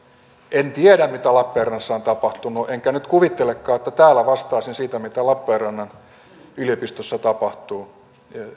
en tiedä mitä lappeenrannassa on tapahtunut enkä nyt kuvittelekaan että täällä vastaisin siitä mitä lappeenrannan yliopistossa tapahtuu